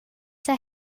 the